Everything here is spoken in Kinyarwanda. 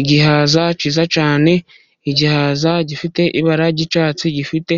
Igihaza cyiza cyane, igihaza gifite ibara ry'icyatsi, gifite